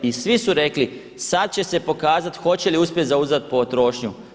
I svi su rekli sad će se pokazat hoće li uspjeti zauzdat potrošnju.